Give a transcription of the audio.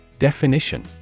Definition